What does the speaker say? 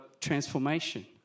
transformation